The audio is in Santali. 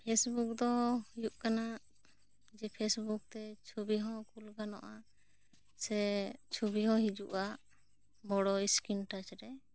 ᱯᱷᱮᱥᱵᱩᱠ ᱫᱚ ᱦᱩᱭᱩᱜ ᱠᱟᱱᱟ ᱡᱮ ᱯᱷᱮᱥᱵᱩᱠ ᱛᱮ ᱪᱷᱚᱵᱤ ᱦᱚᱸ ᱠᱩᱞ ᱜᱟᱱᱚᱜᱼᱟ ᱥᱮ ᱪᱷᱚᱵᱤ ᱦᱚᱸ ᱦᱤᱡᱩᱜᱼᱟ ᱵᱚᱲᱚ ᱤᱥᱠᱨᱤᱱ ᱴᱟᱪ ᱨᱮ